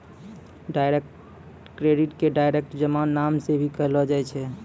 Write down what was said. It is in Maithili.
डायरेक्ट क्रेडिट के डायरेक्ट जमा नाम से भी कहलो जाय छै